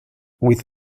with